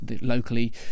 locally